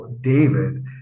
David